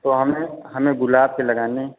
तो हमें हमें गुलाब के लगाने हैं